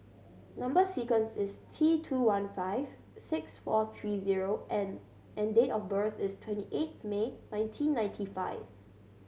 number sequence is T two one five six four three zero N and date of birth is twenty eighth May nineteen ninety five